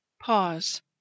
Pause